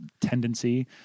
tendency